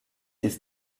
ist